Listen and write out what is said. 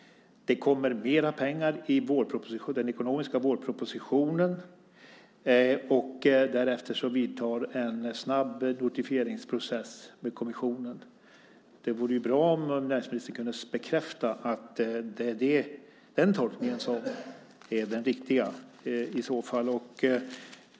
Det kommer mer pengar i den ekonomiska vårpropositionen. Därefter vidtar en snabb notifieringsprocess med kommissionen. Det vore bra om näringsministern kunde bekräfta att det är den tolkningen som är den riktiga.